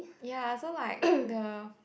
ya so like the